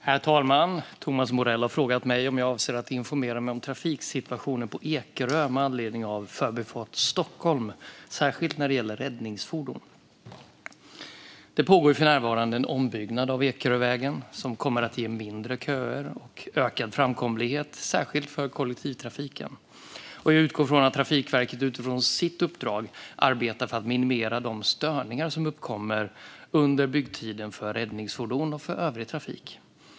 Herr talman! Thomas Morell har frågat mig om jag avser att informera mig om trafiksituationen på Ekerö med anledning av Förbifart Stockholm, särskilt när det gäller räddningsfordon. Det pågår för närvarande en ombyggnad av Ekerövägen som kommer att ge mindre köer och ökad framkomlighet, särskilt för kollektivtrafiken. Jag utgår från att Trafikverket utifrån sitt uppdrag arbetar för att minimera de störningar som uppkommer under byggtiden för räddningsfordon och övrig trafik.